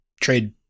trade